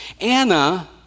Anna